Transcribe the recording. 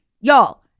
y'all